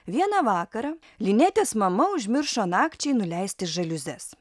vieną vakarą linetės mama užmiršo nakčiai nuleisti žaliuzes